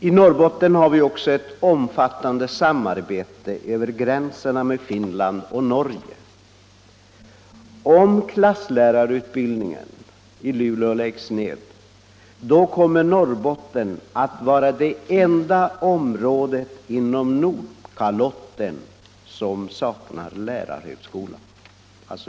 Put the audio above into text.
I Norrbotten har vi också ett omfattande samarbete över gränserna med Finland och Norge. Om klasslärarutbildningen i Luleå läggs ned kommer Norrbotten att vara det enda område inom Nordkalotten som saknar lärarhögskola.